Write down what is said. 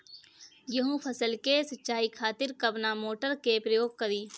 गेहूं फसल के सिंचाई खातिर कवना मोटर के प्रयोग करी?